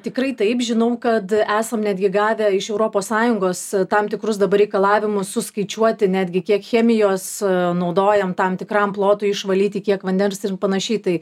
tikrai taip žinom kad esam netgi gavę iš europos sąjungos tam tikrus dabar reikalavimus suskaičiuoti netgi kiek chemijos naudojam tam tikram plotui išvalyti kiek vandens ir panašiai tai